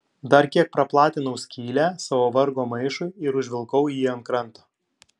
dar kiek praplatinau skylę savo vargo maišui ir užvilkau jį ant kranto